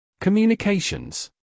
Communications